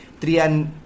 Trian